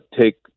take